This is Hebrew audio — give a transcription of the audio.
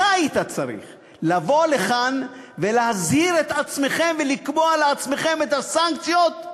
אתה היית צריך לבוא לכאן ולהזהיר את עצמך מלקבוע לעצמכם את הסנקציות.